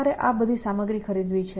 તમારે આ બધી સામગ્રી ખરીદવી છે